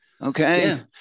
Okay